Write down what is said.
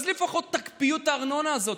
אז לפחות תקפיאו את הארנונה הזאת,